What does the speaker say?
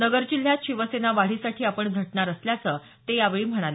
नगर जिल्ह्यात शिवसेना वाढीसाठी आपण झटणार असल्याचं ते यावेळी म्हणाले